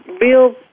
real